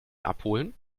abholen